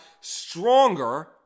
stronger